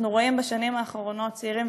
ואנחנו רואים בשנים האחרונות צעירים